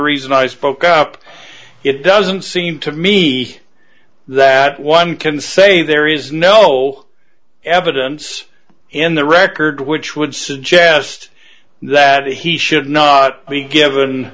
reason i spoke up it doesn't seem to me that one can say there is no evidence in the record which would suggest that he should not be given